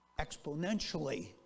exponentially